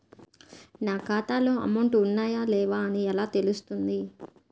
నా ఖాతాలో అమౌంట్ ఉన్నాయా లేవా అని ఎలా తెలుస్తుంది?